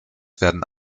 werden